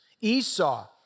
Esau